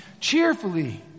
cheerfully